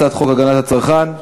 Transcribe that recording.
הצעת חוק הגנת הצרכן,